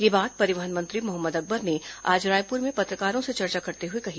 यह बात परिवहन मंत्री मोहम्मद अकबर ने आज रायपुर में पत्रकारों से चर्चा करते हुए कही